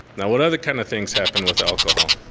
now what other kinda things happen with alcohol?